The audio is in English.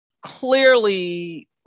Clearly